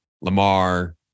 Lamar